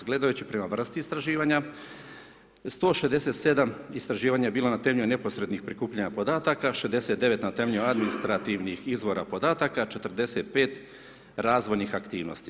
Gledajući prema vrsti istraživanja, 167 istraživanja je bilo na temelju neposrednih prikupljanja podataka, 69 na temelju administrativnih izvora podataka, 45 razvojnih aktivnosti.